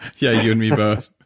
yeah, you and me both